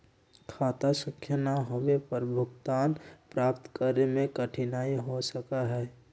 खाता संख्या ना होवे पर भुगतान प्राप्त करे में कठिनाई हो सका हई